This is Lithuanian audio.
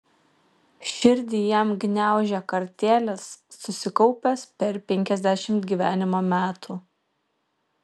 širdį jam gniaužė kartėlis susikaupęs per penkiasdešimt gyvenimo metų